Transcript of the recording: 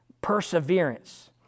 perseverance